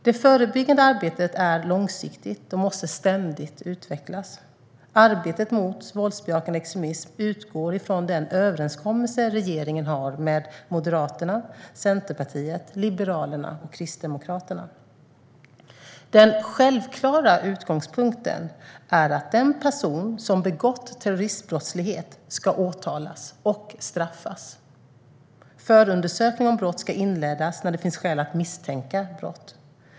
Det förebyggande arbetet är långsiktigt och måste ständigt utvecklas. Arbetet mot våldsbejakande extremism utgår från den överenskommelse regeringen har med Moderaterna, Centerpartiet, Liberalerna och Kristdemokraterna. Den självklara utgångspunkten är att den person som begått terroristbrottslighet ska åtalas och straffas. Förundersökning om brott ska inledas när det finns skäl att misstänka brott.